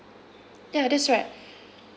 ya that's right